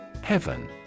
Heaven